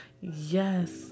Yes